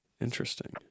interesting